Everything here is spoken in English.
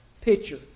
picture